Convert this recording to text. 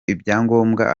ibyangombwa